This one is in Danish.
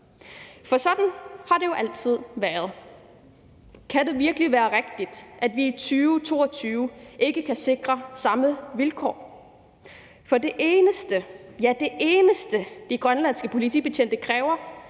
for sådan har det jo altid været. Kan det virkelig være rigtigt, at vi i 2022 ikke kan sikre dem samme vilkår? For det eneste – ja, det eneste – de grønlandske politibetjente kræver,